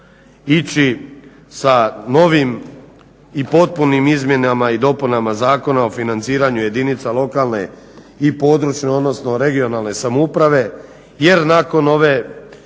ići sa novim i potpunim izmjenama i dopunama Zakona o financiranju jedinica lokalne i područne, odnosno regionalne samouprave jer nakon ove